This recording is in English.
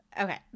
Okay